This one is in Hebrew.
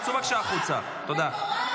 תצאי בבקשה החוצה לעשר דקות.